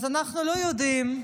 אז אנחנו לא יודעים,